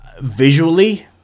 Visually